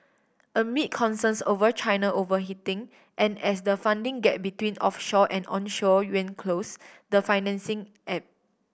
amid concerns over China overheating and as the funding gap between offshore and onshore yuan close the financing ebb